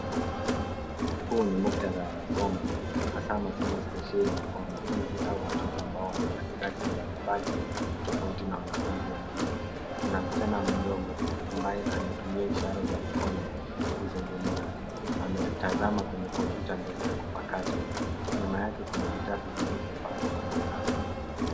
Huu ni muktadha wa masomo haswa masomo spesheli kwa wanafunzi ao watoto ambao wana mahitaji mbalimbali tofauti na wanafunzi wengine. Kuna msichana mdogo ambaye anatumia ishara za mikono kuzungumza, ametazama kwenye kompyuta ndogo ya kupakata, nyuma yake kuna vitabu vilivyo pangwa kwenye rafu.